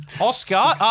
Oscar